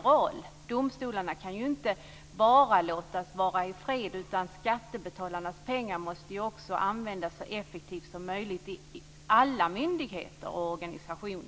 roll. Man kan ju inte bara låta domstolarna vara i fred. Skattebetalarnas pengar måste användas så effektivt som möjligt i alla myndigheter och organisationer.